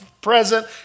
present